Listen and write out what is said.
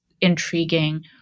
intriguing